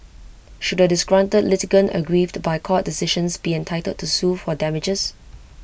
should A disgruntled litigant aggrieved by court decisions be entitled to sue for damages